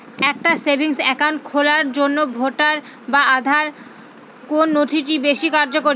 একটা savings account খোলার জন্য ভোটার বা আধার কোন নথিটি বেশী কার্যকরী?